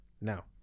now